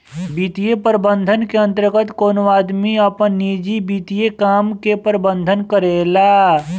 वित्तीय प्रबंधन के अंतर्गत कवनो आदमी आपन निजी वित्तीय काम के प्रबंधन करेला